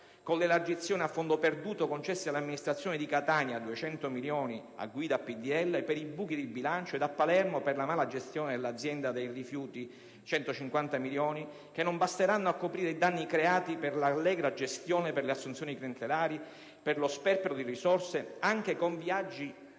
con le elargizioni a fondo perduto concesse alle amministrazioni a guida PdL di Catania (200 milioni), per i buchi di bilancio, e di Palermo, per la mala gestione dell'azienda dei rifiuti (150 milioni), che non basteranno a coprire i danni creati dall'allegra gestione, dalle assunzioni clientelari e dallo sperpero di risorse, anche con viaggi esotici